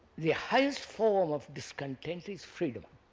the highest form of discontent is freedom.